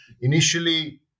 initially